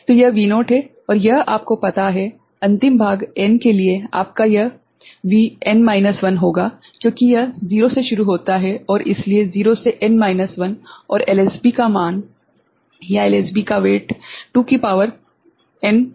तो यह V0 है और यह आपको पता है अंतिम भाग n के लिए आपका यह Vn माइनस 1 होगा क्योंकि यह 0 से शुरू होता है इसलिए 0 से n 1 और LSB का मान 2 की शक्ति n माइनस1 होगा